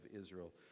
Israel